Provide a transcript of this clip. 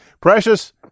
precious